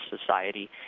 Society